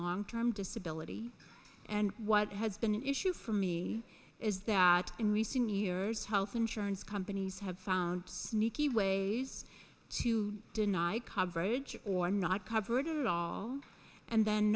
long term disability and what has been an issue for me is that in recent years health insurance companies have found sneaky ways to deny coverage or not coverage and then